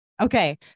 okay